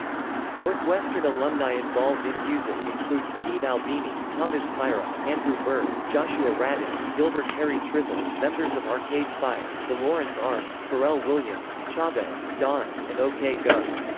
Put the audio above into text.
northwestern alumni involved in music include steve albini, thomas tyra, andrew bird, joshua radin, gilbert harry trythall, members of arcade fire, the lawrence arms, pharrell williams, chavez, dawen, and ok go.